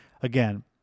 Again